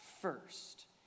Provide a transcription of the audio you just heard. first